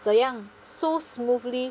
怎样 so smoothly